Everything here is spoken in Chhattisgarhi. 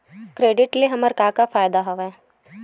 क्रेडिट ले हमन का का फ़ायदा हवय?